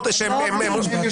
עובדים,